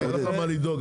אין לך מה לדאוג,